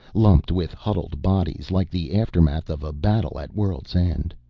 lumped with huddled bodies like the aftermath of a battle at world's-end.